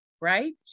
Right